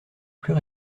plus